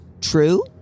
true